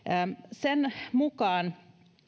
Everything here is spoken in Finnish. sen mukaan